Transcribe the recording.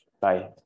bye